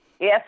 Yes